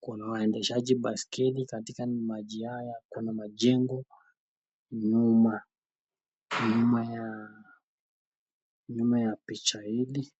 kuna waemdeshaji baiskeli katika maji haya, kuna majengo nyuma ya picha hili.